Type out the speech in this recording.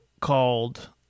called